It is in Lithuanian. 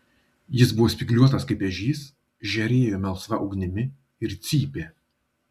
jis buvo spygliuotas kaip ežys žėrėjo melsva ugnimi ir cypė